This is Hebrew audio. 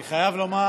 אני חייב לומר